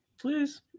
Please